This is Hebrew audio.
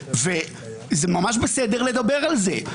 וזה ממש בסדר לדבר על זה.